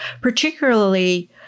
particularly